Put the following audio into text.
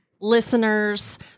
Listeners